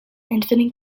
infinite